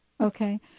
Okay